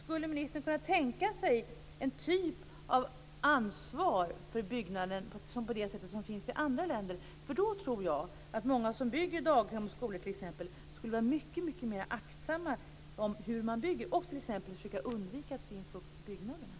Skulle ministern kunna tänka sig en form av ansvar för byggnaden på det sätt som finns i andra länder? Då tror jag att många som bygger daghem och skolor skulle vara mer aktsamma och försöka undvika fukt i byggnaderna.